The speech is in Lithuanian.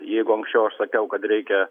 jeigu anksčiau aš sakiau kad reikia